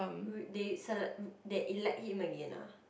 they select they elect him again ah